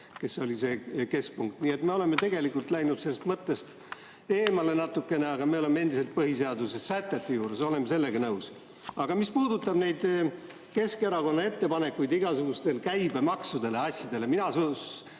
kes oli see keskpunkt. Nii et me oleme tegelikult läinud sellest mõttest natukene eemale, aga me oleme endiselt põhiseaduse sätete juures, oleme nendega nõus. Aga mis puudutab neid Keskerakonna ettepanekuid igasuguste käibemaksude ja asjade kohta, siis